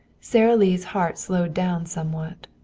sara lee's heart slowed down somewhat.